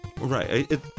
Right